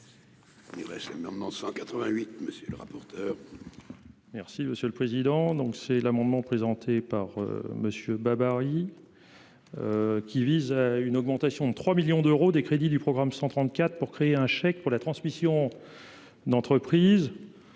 Il reste maintenant 188 monsieur le rapporteur. Merci monsieur le président, donc c'est l'amendement présenté par Monsieur Barry, qui vise à une augmentation. 3 millions d'euros des crédits du programme 134 pour créer un chèque pour la transmission d'entreprise,